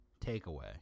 takeaway